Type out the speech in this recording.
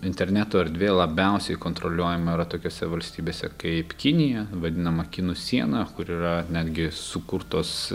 interneto erdvė labiausiai kontroliuojama yra tokiose valstybėse kaip kinija vadinama kinų siena kur yra netgi sukurtos